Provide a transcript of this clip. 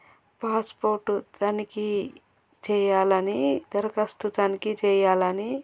passport తనిఖీ చేయాలని దరఖాస్తు తనిఖీ చేయాలని